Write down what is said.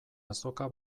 azoka